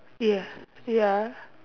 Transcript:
ya ya